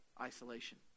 isolation